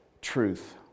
truth